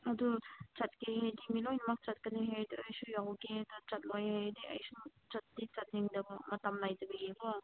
ꯑꯗꯨ ꯆꯠꯀꯦ ꯍꯥꯏꯔꯗꯤ ꯃꯤ ꯂꯣꯏꯅꯃꯛ ꯆꯠꯀꯅꯤ ꯍꯥꯏꯔꯗꯤ ꯑꯩꯁꯨ ꯌꯥꯎꯒꯦ ꯑꯗꯨꯒ ꯆꯠꯂꯣꯏ ꯍꯥꯏꯔꯗꯤ ꯑꯩꯁꯨ ꯆꯠꯇꯤ ꯆꯠꯅꯤꯡꯗꯕ ꯃꯇꯝ ꯂꯩꯇꯕꯒꯤꯀꯣ